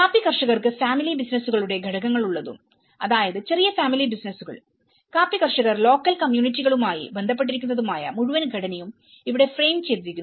കാപ്പി കർഷകർക്ക് ഫാമിലി ബിസിനസുകളുടെ ഘടകങ്ങളുള്ളതും അതായത് ചെറിയ ഫാമിലി ബിസിനസുകൾകാപ്പി കർഷകർ ലോക്കൽ കമ്മ്യൂണിറ്റികളുമായി വീണ്ടും ബന്ധപ്പെട്ടിരിക്കുന്നതുമായ മുഴുവൻ ഘടനയും ഇവിടെ ഫ്രെയിം ചെയ്തിരിക്കുന്നു